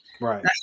Right